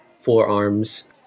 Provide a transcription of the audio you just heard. forearms